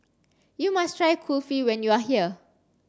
you must try Kulfi when you are here